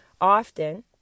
often